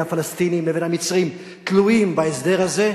הפלסטינים לבין המצרים תלויים בהסדר הזה,